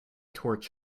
torch